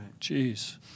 Jeez